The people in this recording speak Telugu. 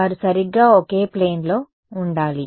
వారు సరిగ్గా ఒకే ప్లేన్ లో ఉండాలి